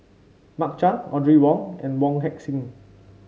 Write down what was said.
Mark Chan Audrey Wong and Wong Heck Sing